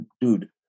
dude